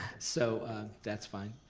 so that's fine.